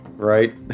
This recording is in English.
Right